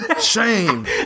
shame